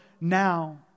now